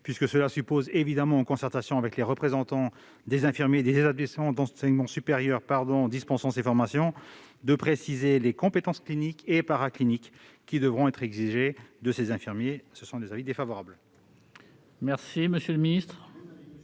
puisque cela suppose, en concertation avec les représentants des infirmiers et des établissements d'enseignement supérieur dispensant ces formations, de préciser les compétences cliniques et paracliniques qui devront être exigées de ces infirmiers. L'avis est donc défavorable.